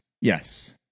yes